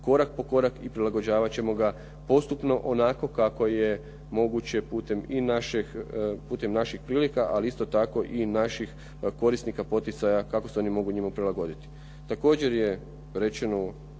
korak po korak i prilagođavat ćemo ga postupno onako kako je moguće i putem naših prilika, ali isto tako i naših korisnika poticaja kako se oni mogu njima prilagoditi.